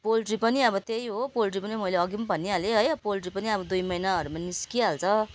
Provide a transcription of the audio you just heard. poultry पनि अब त्यही हो पोल्ट्री पनि मैले अगि भनिहालेँ है पोल्ट्री पनि अब दुई महिनाहरूमा निस्किहाल्छ